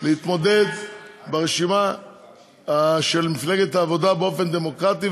להתמודד ברשימה של מפלגת העבודה באופן דמוקרטי.